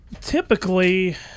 typically